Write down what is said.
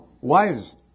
wives